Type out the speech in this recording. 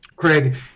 Craig